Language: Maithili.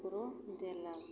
ओकरो देलक